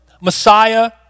Messiah